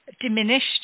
diminished